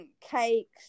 cakes